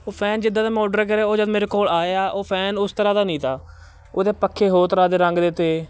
ਉਹ ਫੈਨ ਜਿੱਦਾਂ ਦਾ ਮੈਂ ਔਡਰ ਕਰਿਆ ਉਹ ਜਦੋਂ ਮੇਰੇ ਕੋਲ ਆਇਆ ਉਹ ਫੈਨ ਉਸ ਤਰ੍ਹਾਂ ਦਾ ਨਹੀਂ ਤਾ ਉਹਦੇ ਪੱਖੇ ਹੋਰ ਤਰ੍ਹਾਂ ਦੇ ਰੰਗ ਦੇ ਤੇ